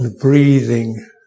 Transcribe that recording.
breathing